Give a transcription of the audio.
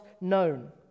known